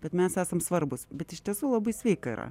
bet mes esam svarbūs bet iš tiesų labai sveika yra